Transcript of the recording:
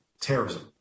terrorism